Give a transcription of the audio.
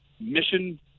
Mission